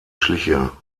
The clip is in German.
schliche